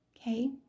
Okay